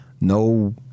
No